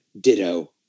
ditto